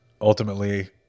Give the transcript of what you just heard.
ultimately